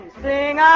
sing